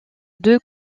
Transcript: deux